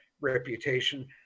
reputation